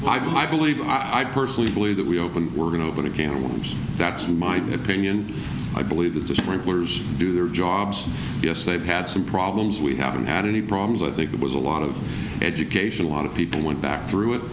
it i believe i personally believe that we open we're going to open a can of worms that's my opinion i believe that the sprinklers do their jobs yes they've had some problems we haven't had any problems i think it was a lot of education a lot of people went back through it